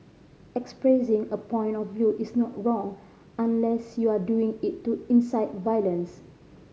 expressing a point of view is not wrong unless you're doing it to incite violence